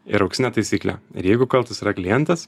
ir auksinė taisyklė ir jeigu kaltas yra klientas